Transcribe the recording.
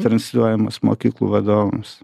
transliuojamos mokyklų vadovams